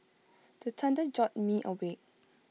the thunder jolt me awake